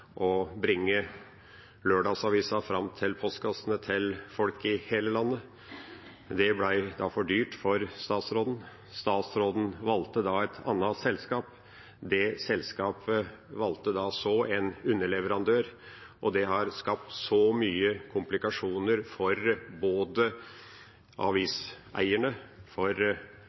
å bringe lørdagsavisa fram til postkassene til folk i hele landet. Det ble for dyrt for statsråden. Statsråden valgte et annet selskap, det selskapet valgte så en underleverandør, og det har skapt så mye komplikasjoner for både aviseierne, som har ansvaret for